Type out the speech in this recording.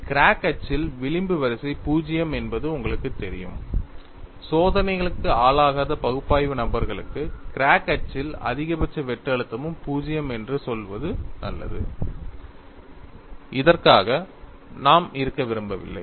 crack அச்சில் விளிம்பு வரிசை 0 என்பது உங்களுக்குத் தெரியும் சோதனைகளுக்கு ஆளாகாத பகுப்பாய்வு நபர்களுக்கு கிராக் அச்சில் அதிகபட்ச வெட்டு அழுத்தமும் 0 என்று சொல்வது நல்லது இதற்காக நாம் இருக்க விரும்பவில்லை